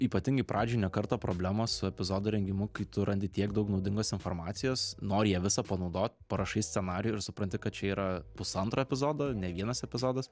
ypatingai pradžioj ne kartą problemos su epizodu rengimu kai tu randi tiek daug naudingos informacijos nori ją visą panaudot parašai scenarijų ir supranti kad čia yra pusantro epizodo ne vienas epizodas